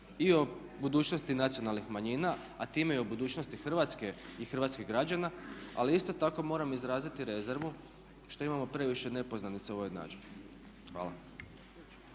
i o budućnosti nacionalnih manjina a time i o budućnosti Hrvatske i hrvatskih građana. Ali isto tako moram izraziti rezervu što imamo previše nepoznanica u ovoj jednadžbi. Hvala.